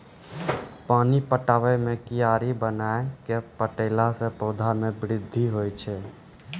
पानी पटाबै मे कियारी बनाय कै पठैला से पौधा मे बृद्धि होय छै?